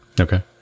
Okay